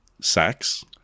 sex